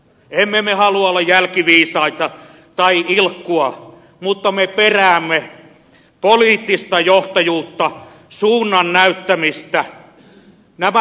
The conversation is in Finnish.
emme me halua olla jälkiviisaita tai ilkkua mutta me peräämme poliittista johtajuutta suunnan näyttämistä